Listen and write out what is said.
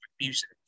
music